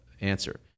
answer